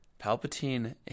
Palpatine